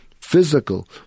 physical